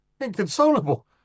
inconsolable